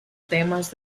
temas